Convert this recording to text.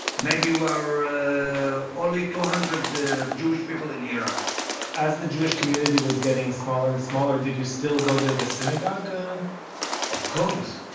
maybe we're ah ah only two hundred jewish people in iraq as the jewish community was getting smaller and smaller, did you still go to the synagogue? and of course.